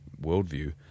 worldview